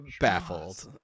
Baffled